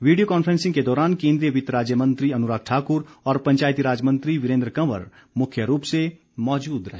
video conferencing के दौरान केन्द्रीय वित्त राज्य मंत्री अनुराग ठाकुर और पंचायतीराज मंत्री वीरेन्द्र कंवर मुख्य रूप से मौजूद रहे